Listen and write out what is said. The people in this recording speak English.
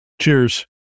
Cheers